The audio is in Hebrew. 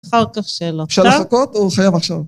אחר כך שאלות, טוב? אפשר לחכות או חייב עכשיו?